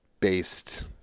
based